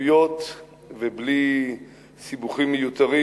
בלי התעמתויות ובלי סיבוכים מיותרים,